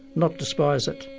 not despise it.